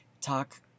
talk